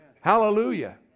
Hallelujah